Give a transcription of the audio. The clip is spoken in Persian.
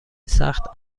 سخت